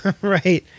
Right